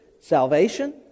salvation